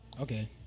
Okay